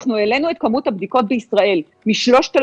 אנחנו העלינו את כמות הבדיקות בישראל מ-3,000,